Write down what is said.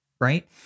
right